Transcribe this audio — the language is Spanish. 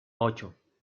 ocho